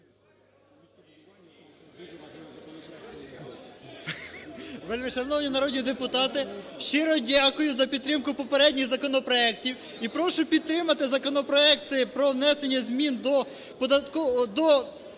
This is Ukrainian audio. Вельмишановні народні депутати! Щиро дякую за підтримку попередніх законопроектів і прошу підтримати законопроекти про внесення змін до